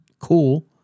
Cool